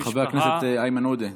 חבר הכנסת איימן עודה,